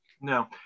No